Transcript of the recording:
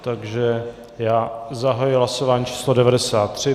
Takže já zahajuji hlasování číslo 93.